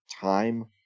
time